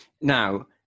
Now